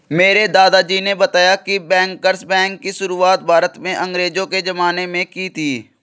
मेरे दादाजी ने बताया की बैंकर्स बैंक की शुरुआत भारत में अंग्रेज़ो के ज़माने में की थी